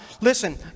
Listen